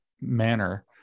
manner